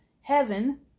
heaven